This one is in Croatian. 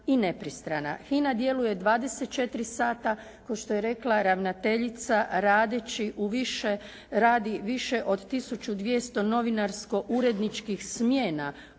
HINA djeluje 24 sata kao što je rekla ravnateljica radi više od tisuću 200 novinarsko uredničkih smjena